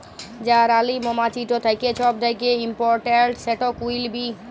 যে রালী মমাছিট থ্যাকে ছব থ্যাকে ইমপরট্যাল্ট, সেট কুইল বী